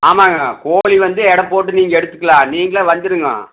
ஆமாங்க கோழி வந்து எடை போட்டு நீங்கள் எடுத்துக்கலாம் நீங்களாக வந்துடுங்கோ